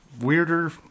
weirder